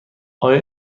آیا